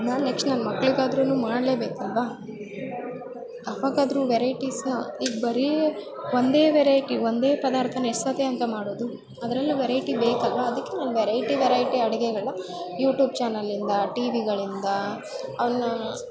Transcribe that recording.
ನಾನು ನೆಕ್ಸ್ಟ್ ನನ್ನ ಮಕ್ಳಿಗಾದ್ರು ಮಾಡಲೆ ಬೇಕಲ್ವ ಅವಾಗಾದ್ರು ವೈರೈಟಿಸ್ನ ಈಗ ಬರೀ ಒಂದೇ ವೆರೈಟಿ ಒಂದೇ ಪದಾರ್ಥನ ಎಷ್ಟು ಸರ್ತಿ ಅಂತ ಮಾಡೋದು ಅದರಲ್ಲು ವೆರೈಟಿ ಬೇಕಲ್ವ ಅದಕ್ಕೆ ನಾನು ವೆರೈಟಿ ವೆರೈಟಿ ಅಡಿಗೆಗಳ ಯೂಟ್ಯೂಬ್ ಚಾನೆಲಿಂದ ಟಿ ವಿಗಳಿಂದಾ ಅವ್ನ